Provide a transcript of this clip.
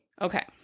Okay